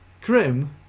Grim